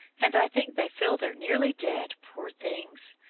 and i think they feel they're nearly dead, poor things!